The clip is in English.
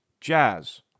jazz